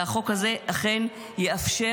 והחוק הזה אכן יאפשר,